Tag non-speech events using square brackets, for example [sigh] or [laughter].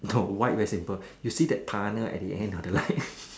no white very simple you see that tunnel at the end of the light [laughs]